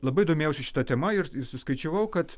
labai domėjausi šita tema ir ir suskaičiavau kad